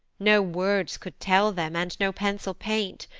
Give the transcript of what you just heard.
no words could tell them, and no pencil paint,